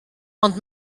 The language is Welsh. ond